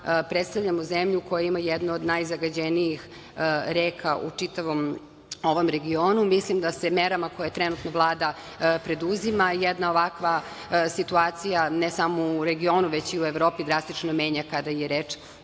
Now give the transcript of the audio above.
predstavljamo zemlju koja ima jednu od najzagađenijih reka u čitavom ovom regionu. Mislim da se ovim merama koje trenutno Vlada preduzima jedna ovakva situacija, ne samo u regionu, nego i u Evropi drastično menja kada je reč